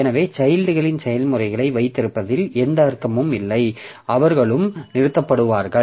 எனவே சைல்ட்களின் செயல்முறைகளை வைத்திருப்பதில் எந்த அர்த்தமும் இல்லை அவர்களும் நிறுத்தப்படுவார்கள்